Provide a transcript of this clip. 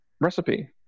recipe